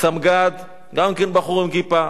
סמג"ד, גם כן בחור עם כיפה.